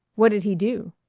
what'd he do?